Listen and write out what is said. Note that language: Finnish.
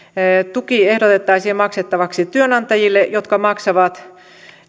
tuki ehdotettaisiin maksettavaksi työnantajille jotka maksavat